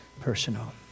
personal